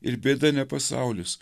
ir bėda ne pasaulis